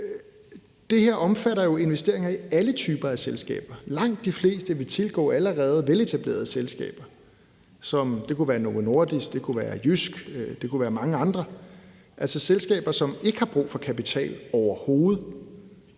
Det her omfatter jo investeringer i alle typer af selskaber. Langt de fleste vil tilgå allerede veletablerede selskaber. Det kunne være Novo Nordisk. Det kunne være Jysk. Det kunne være mange andre. Det er altså selskaber, som ikke har brug for kapital, overhovedet.